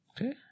Okay